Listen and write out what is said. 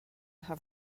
have